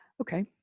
Okay